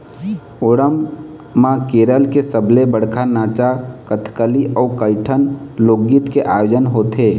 ओणम म केरल के सबले बड़का नाचा कथकली अउ कइठन लोकगीत के आयोजन होथे